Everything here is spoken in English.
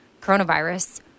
coronavirus